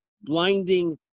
blinding